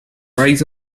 rise